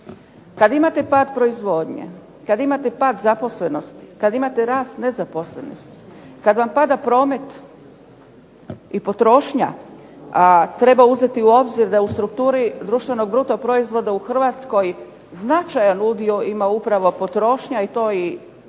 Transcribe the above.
Kad imate pad proizvodnje, kad imate pad zaposlenosti, kad imate rast nezaposlenosti, kad vam pada promet i potrošnja a treba uzeti u obzir da u strukturi društvenog bruto društvenog proizvoda u Hrvatskoj značajan udio ima upravo potrošnja i to i opća